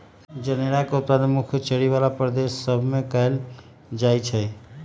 जनेरा के उत्पादन मुख्य चरी बला प्रदेश सभ में कएल जाइ छइ